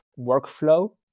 workflow